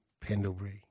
Pendlebury